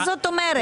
מה זאת אומרת?